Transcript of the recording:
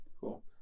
Cool